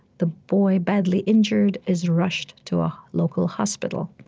the boy, badly injured, is rushed to a local hospital.